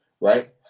right